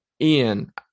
Ian